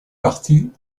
partie